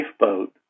lifeboat